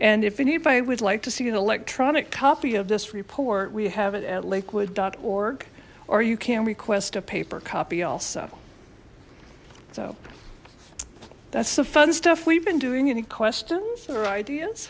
and if anybody would like to see an electronic copy of this report we have it at liquid org or you can request a paper copy also so that's the fun stuff we've been doing any questions or ideas